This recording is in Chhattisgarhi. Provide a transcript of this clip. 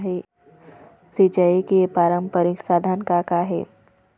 सिचाई के पारंपरिक साधन का का हे?